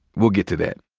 we'll get to that.